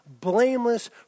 blameless